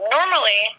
Normally